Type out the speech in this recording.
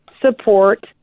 support